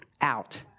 out